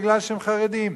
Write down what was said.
מפני שהם חרדים.